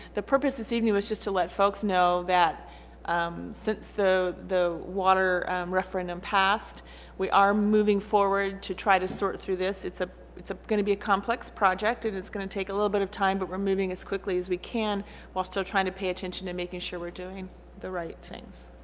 the purpose of evening was just to let folks know that since so the water referendum passed we are moving forward to try to sort through this. it's ah it's ah going to be a complex project and it's going to take a little bit of time but we're moving as quickly as we can while still trying to pay attention to making sure we're doing the right thing